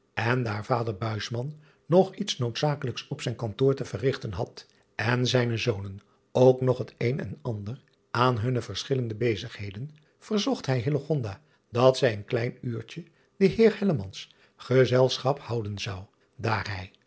en daar vader nog iets noodzakelijks op zijn kantoor te verrigten had en zijne zonen ook nog het een en ander aan hunne verschillende bezigheden verzocht hij dat zij een klein uurtje den eer gezelschap houden zou daar hij